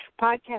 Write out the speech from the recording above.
Podcast